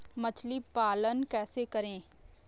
मछली पालन कैसे करें?